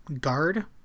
guard